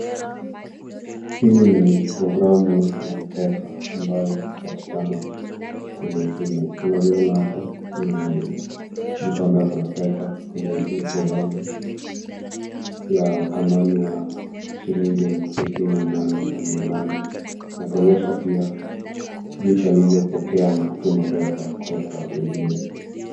Hili ni programu ya M-PESA ambayo hupatikana kwenye simu. Tunavyoona hapa ni mtu ambaye ako na pesa kwenye hio programu ya thamani ya shilingi elfu sitini na nane na mia nane. Inatuonyesha pia jinsi alivyopokea na kutuma pesa kutoka kwa watu wengine.